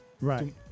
right